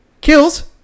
kills